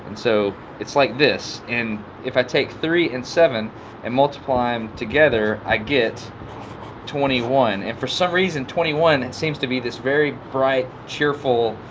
so it's like this. and if i take three and seven and multiply them um together, i get twenty one. and for some reason, twenty one seems to be this very bright, cheerful,